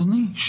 רק